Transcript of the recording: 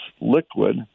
liquid